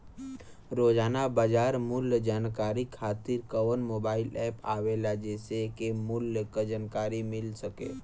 रोजाना बाजार मूल्य जानकारी खातीर कवन मोबाइल ऐप आवेला जेसे के मूल्य क जानकारी मिल सके?